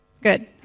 Good